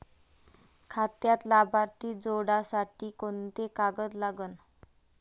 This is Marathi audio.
खात्यात लाभार्थी जोडासाठी कोंते कागद लागन?